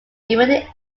invaded